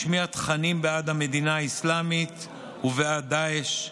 השמיע תכנים בעד המדינה האסלאמית ובעד דאעש.